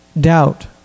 doubt